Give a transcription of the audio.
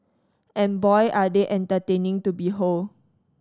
and boy are they entertaining to behold